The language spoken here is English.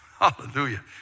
Hallelujah